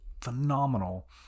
phenomenal